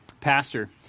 pastor